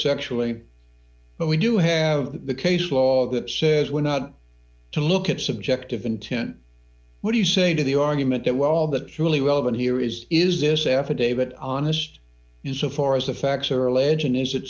sexually but when you have the case law that says we're not to look at subjective intent what do you say to the argument that well all that really relevant here is is this affidavit honest in so far as the facts are alleging is that